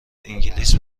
انگلیس